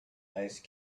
ice